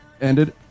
ended